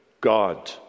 God